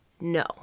no